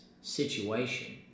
situation